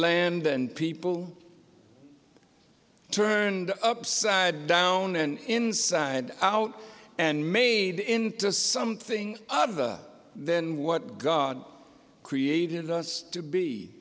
land and people turned upside down and inside out and made into something other than what god created us to be